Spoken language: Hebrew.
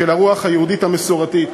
של הרוח היהודית המסורתית.